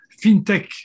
fintech